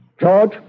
George